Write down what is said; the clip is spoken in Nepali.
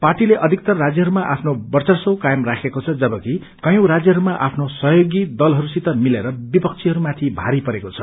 पार्टीले अधिकतर राज्यहरूमा आफ्नो वर्चस्व कायम राखेको छ जबकि कायैं राज्यहरूमा आफ्नो सहयोगी दलहरूसित मिलेर विपक्षीहरूमाथि भारी परेको छ